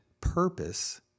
purpose